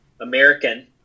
American